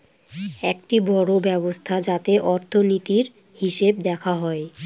একটি বড়ো ব্যবস্থা যাতে অর্থনীতির, হিসেব দেখা হয়